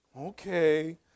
Okay